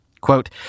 Quote